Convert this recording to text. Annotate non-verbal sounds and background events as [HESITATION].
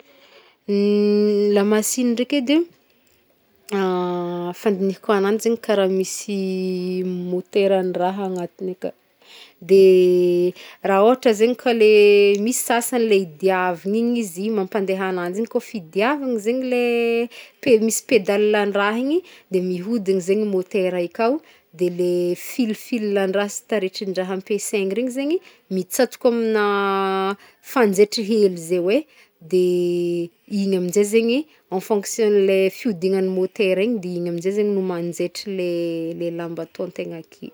[HESITATION] Ny lamasigny ndraiky edy e, [HESITATION] fandinihako agnanjy zegny karaha misy moterandraha agnatiny aka, de [HESITATION] raha ôhatra zegny ka le misy sasany le hidiavagna igny izy mampandeha agnanjy igny, kaofa hidiavagna zegny le [HESITATION] pe- misy pedalendraha igny de mihodigny zegny motery i akao, de le [HESITATION] fil fil andraha sy taretrindraha ampesaigny regny zegny mitsatoka amina [HESITATION] fanjaitry hely zey hoe, de [HESITATION] igny amzay zegny en fonction-le fihodignan'ny motera igny de igny amzay zegny no manjaitra le- le lamba ataontegna ake.